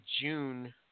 june